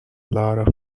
lot